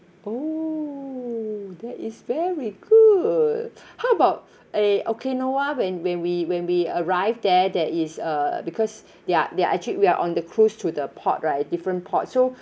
oh that is very good how about uh okinawa when when we when we arrive there there is uh because they are they are actually we are on the cruise to the port right different port so